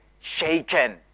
shaken